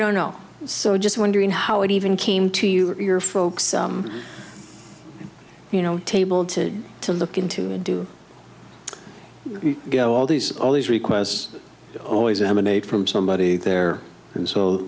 don't know so just wondering how it even came to you or your folks you know table to to look into and do you know all these all these requests always emanate from somebody there and so